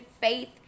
faith